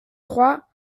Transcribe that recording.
trois